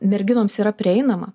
merginoms yra prieinama